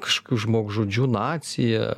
kažkokių žmogžudžių nacija